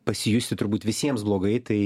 pasijusi turbūt visiems blogai tai